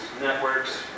networks